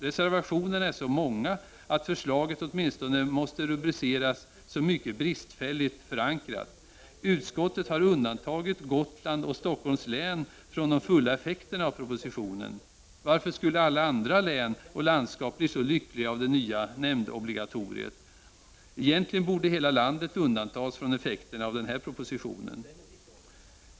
Reservationerna är så många att förslaget åtminstone måste rubriceras som mycket bristfälligt förankrat. Utskottet har undantagit Gotland och Stockholms län från de fulla effekterna av propositionen. Varför skulle alla andra län och landskap bli så lyckliga av det nya nämndobligatoriet? Egentligen borde hela landet undantas från effekterna av den här propositionen.